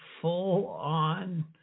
full-on